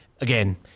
Again